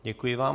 Děkuji vám.